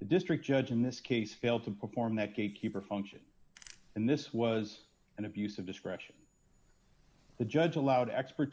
the district judge in this case failed to perform that gatekeeper function and this was an abuse of discretion the judge allowed expert